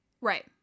Right